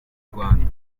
rwanda